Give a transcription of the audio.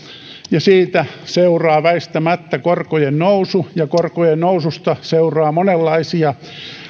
ja siitä seuraa väistämättä korkojen nousu ja korkojen noususta seuraa monenlaisia